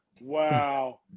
Wow